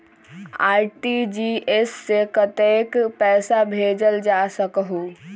RTGS से कतेक पैसा भेजल जा सकहु???